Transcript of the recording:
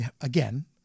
again